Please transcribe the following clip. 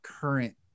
current